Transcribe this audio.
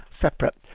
separate